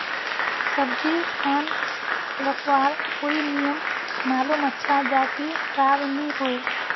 सब्जी खान रखवार कोई नियम मालूम अच्छा ज की खराब नि होय?